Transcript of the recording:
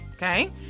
Okay